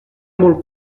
molt